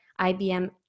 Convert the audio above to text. IBM